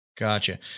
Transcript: Gotcha